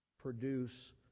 produce